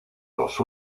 los